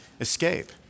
Escape